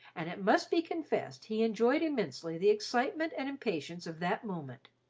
and it must be confessed he enjoyed immensely the excitement and impatience of that moment.